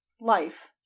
Life